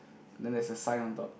then there is a sign on top